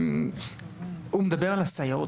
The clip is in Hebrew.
הוא מדבר על הסייעות.